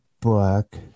book